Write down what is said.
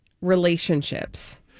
relationships